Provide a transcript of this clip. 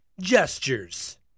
Gestures